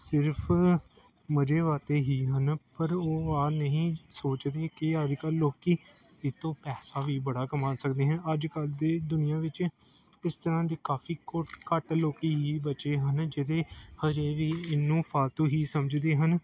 ਸਿਰਫ ਮਜ਼ੇ ਵਾਸਤੇ ਹੀ ਹਨ ਪਰ ਉਹ ਆਹ ਨਹੀਂ ਸੋਚਦੇ ਕਿ ਅੱਜ ਕੱਲ੍ਹ ਲੋਕ ਇਹ ਤੋਂ ਪੈਸਾ ਵੀ ਬੜਾ ਕਮਾ ਸਕਦੇ ਹੈ ਅੱਜ ਕੱਲ੍ਹ ਦੀ ਦੁਨੀਆ ਵਿੱਚ ਇਸ ਤਰ੍ਹਾਂ ਦੇ ਕਾਫੀ ਘੋ ਘੱਟ ਲੋਕ ਹੀ ਬਚੇ ਹਨ ਜਿਹੜੇ ਹਜੇ ਵੀ ਇਹਨੂੰ ਫਾਲਤੂ ਹੀ ਸਮਝਦੇ ਹਨ